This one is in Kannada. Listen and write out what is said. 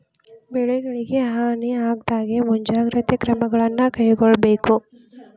ಬೆಳೆಗಳಿಗೆ ಹಾನಿ ಆಗದಹಾಗೆ ಮುಂಜಾಗ್ರತೆ ಕ್ರಮವನ್ನು ಕೈಗೊಳ್ಳಬೇಕು